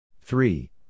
three